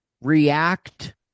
react